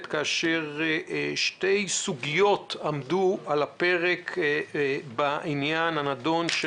שתי סוגיות עמדו על הפרק בעניין הנדון של